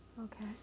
Okay